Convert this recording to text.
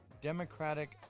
democratic